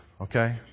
Okay